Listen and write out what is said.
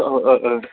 औ ओ ओ